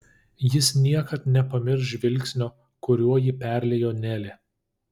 jis niekad nepamirš žvilgsnio kuriuo jį perliejo nelė